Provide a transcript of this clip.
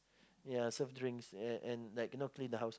ya serve drinks and and like you know clean the house